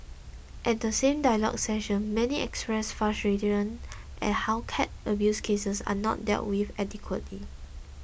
at the same dialogue session many expressed frustration at how cat abuse cases are not dealt with adequately